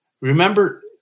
remember –